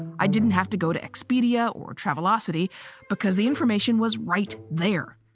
i didn't have to go to expedia or travelocity because the information was right there.